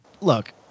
look